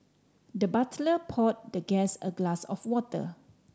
the butler poured the guest a glass of water